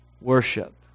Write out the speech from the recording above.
worship